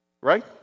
Right